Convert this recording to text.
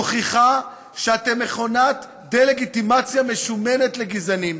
מוכיחה שאתם מכונת דה-לגיטימציה משומנת לגזענים,